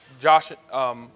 Josh